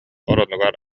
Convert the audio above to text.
оронугар